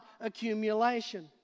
accumulation